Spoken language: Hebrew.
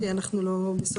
מדובר.